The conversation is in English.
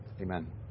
Amen